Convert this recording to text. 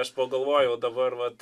aš pagalvojau dabar vat